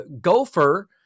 gopher